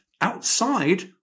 outside